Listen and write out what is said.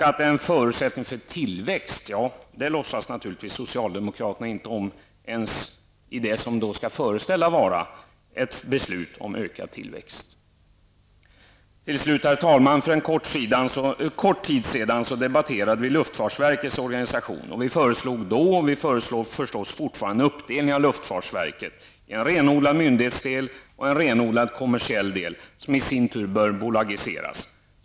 Att det är en förutsättning för tillväxt låtsas naturligtvis socialdemokraterna inte om ens i det som skall föreställa vara ett förslag rörande ökad tillväxt. För en kort tid sedan debatterade vi luftfartsverkets organisation. Vi föreslog då och vi föreslår fortfarande en uppdelning av luftfartsverket i en renodlad myndighetsdel och en renodlad kommersiell del, som i sin tur bör bolagiseras.